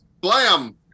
Blam